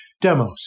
demos